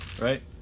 right